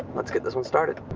let's get this one started.